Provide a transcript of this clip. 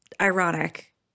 ironic